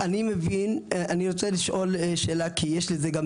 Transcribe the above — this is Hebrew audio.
אני מבין, אני רוצה לשאול שאלה, כי יש לזה גם,